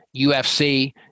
UFC